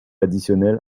additionnel